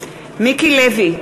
מיקי לוי,